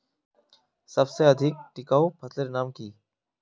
सबसे अधिक टिकाऊ फसलेर नाम की?